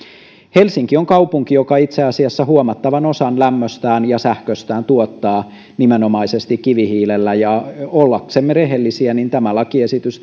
helsinki on kaupunki joka itse asiassa huomattavan osan lämmöstään ja sähköstään tuottaa nimenomaisesti kivihiilellä ja ollaksemme rehellisiä tämä lakiesitys